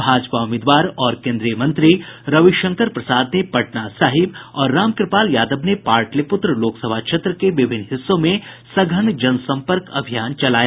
भाजपा उम्मीदवार और केन्द्रीय मंत्री रविशंकर प्रसाद ने पटना साहिब और रामकृपाल यादव ने पाटलिपुत्र लोकसभा क्षेत्र के विभिन्न हिस्सों में सघन जनसंपर्क अभियान चलाया